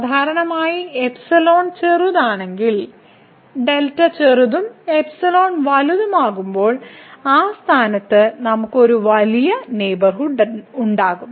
സാധാരണയായി ചെറുതാണെങ്കിൽ ചെറുതും വലുതാകുമ്പോൾ ആ സ്ഥാനത്ത് നമുക്ക് ഒരു വലിയ നെയ്ബർഹുഡ് ഉണ്ടാകാം